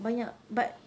banyak but